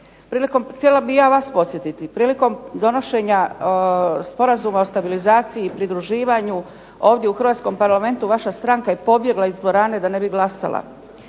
htjela bih ja vas podsjetiti. Prilikom donošenja Sporazuma o stabilizaciji i pridruživanju ovdje u hrvatskom Parlamentu vaša stranka je pobjegla iz dvorane da ne bi glasala.